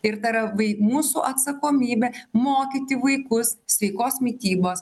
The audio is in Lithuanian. ir ta ra vai mūsų atsakomybė mokyti vaikus sveikos mitybos